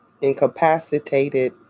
incapacitated